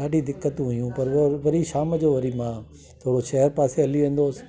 ॾाढी दिक़तू हुइयूं पर वरी शाम जो वरी मां थोरो शहर पासे हली वेंदो हुओसि